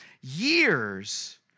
years